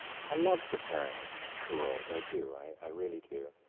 i love preparing for roles. i do. i really do.